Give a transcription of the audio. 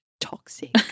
toxic